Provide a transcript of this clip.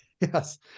Yes